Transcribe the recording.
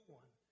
one